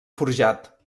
forjat